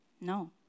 No